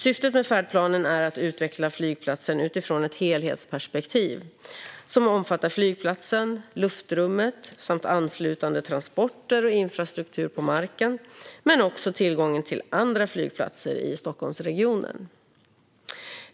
Syftet med färdplanen är att utveckla flygplatsen utifrån ett helhetsperspektiv som omfattar flygplatsen, luftrummet samt anslutande transporter och infrastruktur på marken men också tillgången till andra flygplatser i Stockholmsregionen.